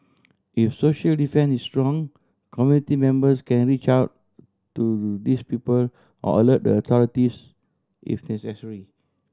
if social defence is strong community members can reach out to these people or alert the authorities if necessary